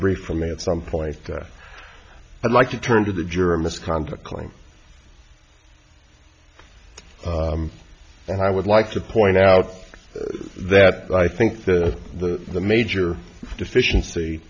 brief for me at some point i'd like to turn to the jury misconduct claim and i would like to point out that i think the the the major deficiency